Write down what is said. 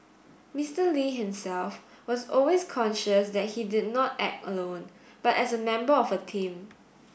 Mister Lee himself was always conscious that he did not act alone but as a member of a team